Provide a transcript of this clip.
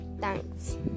Thanks